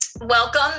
Welcome